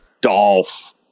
Dolph